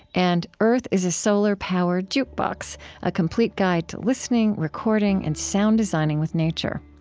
and earth is a solar powered jukebox a complete guide to listening, recording, and sound designing with nature.